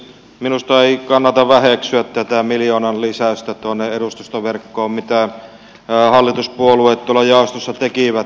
minusta ei kannata väheksyä tätä miljoonan lisäystä edustustoverkkoon mitä hallituspuolueet tuolla jaostossa tekivät